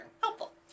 Helpful